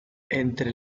entre